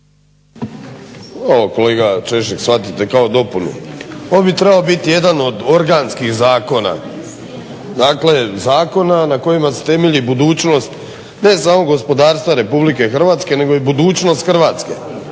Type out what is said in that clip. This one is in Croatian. Ovo kolega Češek shvatite kao dopunu. Ovo bi trebao biti jedan od organskih zakona. Dakle zakona na kojima se temelji budućnost ne samo gospodarstva RH nego i budućnost Hrvatske,